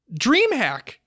DreamHack